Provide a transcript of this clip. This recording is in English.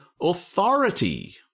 authority